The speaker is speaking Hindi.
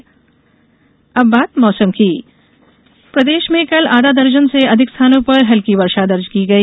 मौसम बारिश प्रदेश में कल आधा दर्जन से अधिक स्थानों पर हल्की वर्षा दर्ज की गई